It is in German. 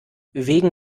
wegen